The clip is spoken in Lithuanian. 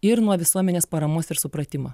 ir nuo visuomenės paramos ir supratimo